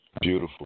Beautiful